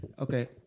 Okay